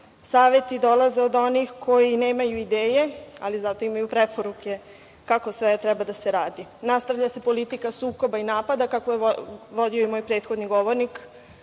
Saveti dolaze od onih koji nemaju ideje, ali zato imaju preporuke kako sve treba da se radi. Nastavlja se politika sukoba i napada, kakvu je vodio i moj prethodni govornik,